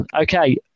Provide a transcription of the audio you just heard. okay